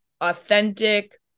authentic